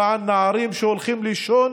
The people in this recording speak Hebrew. למען נערים שהולכים לישון